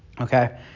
okay